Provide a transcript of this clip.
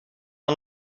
een